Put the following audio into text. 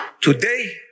today